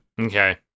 Okay